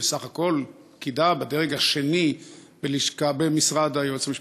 בסך הכול פקידה בדרג השני במשרד היועץ המשפטי.